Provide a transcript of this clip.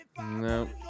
No